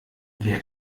wer